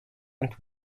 and